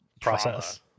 process